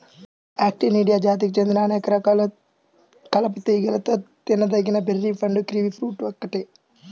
Actinidia జాతికి చెందిన అనేక రకాల కలప తీగలలో తినదగిన బెర్రీ పండు కివి ఫ్రూట్ ఒక్కటే